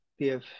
PF